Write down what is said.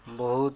ବହୁତ୍